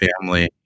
family